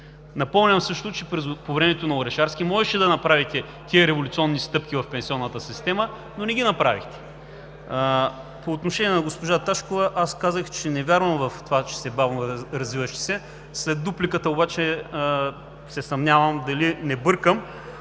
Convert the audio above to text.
Напомням също, че по времето на Орешарски можеше да направите тези революционни стъпки в пенсионната система, но не ги направихте. По отношение на госпожа Таскова – аз казах, че не вярвам в това, че сте бавноразвиващи се. След дупликата обаче се съмнявам дали не бъркам